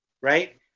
right